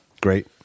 Great